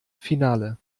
finale